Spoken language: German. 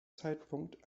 zeitpunkt